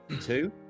two